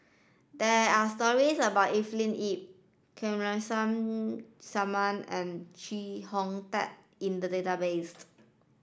there are stories about Evelyn Lip Kamsari Salam and Chee Hong Tat in the database